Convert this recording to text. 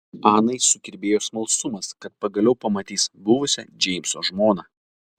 anai sukirbėjo smalsumas kad pagaliau pamatys buvusią džeimso žmoną